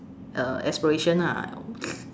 uh aspiration ah